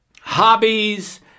hobbies